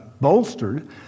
bolstered